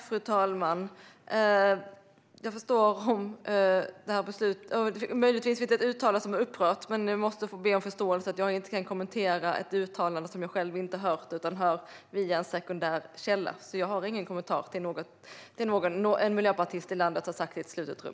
Fru talman! Möjligtvis finns det ett uttalande som har upprört. Jag måste be om förståelse för att jag inte kan kommentera ett uttalande som jag själv inte hört utan har fått via en sekundär källa. Jag har inte någon kommentar till vad en miljöpartist i landet har sagt i ett slutet rum.